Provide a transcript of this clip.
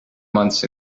months